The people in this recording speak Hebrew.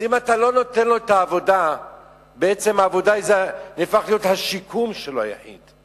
בעצם, העבודה הופכת להיות השיקום היחיד שלו.